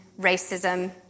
racism